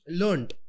learned